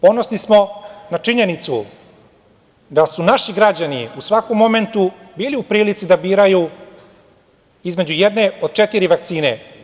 Ponosni smo na činjenicu da su naši građani u svakom momentu bili u prilici da biraju između jedne od četiri vakcine.